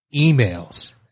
emails